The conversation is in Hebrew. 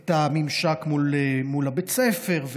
את הממשק מול בית הספר.